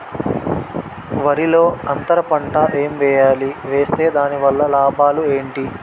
వరిలో అంతర పంట ఎం వేయాలి? వేస్తే దాని వల్ల లాభాలు ఏంటి?